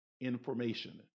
information